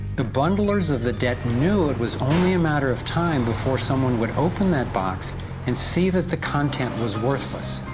the bundlers of the debt knew it was only a matter of time before someone would open that box and see that the content was worthless,